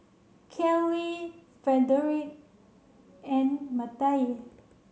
Kellee Frederic and Mattye